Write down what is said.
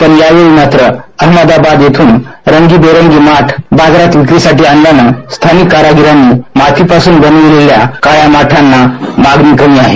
पण यावेळी मात्र अहमदाबाद येथून रंगबिरंगी माठ बाजारात विक्रीसाठी आल्यान स्थानिक कारागिरांनी मातीपासून बनविलेल्या काळ्या माठांना मागणी कमी आहे